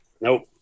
Nope